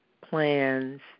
plans